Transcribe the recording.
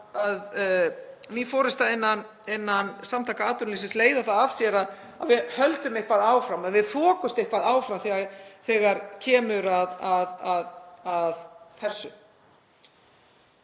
að ný forysta innan Samtaka atvinnulífsins leiði það af sér að við höldum eitthvað áfram, að við þokumst eitthvað áfram þegar kemur að þessu.